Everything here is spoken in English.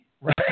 Right